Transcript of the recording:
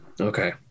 okay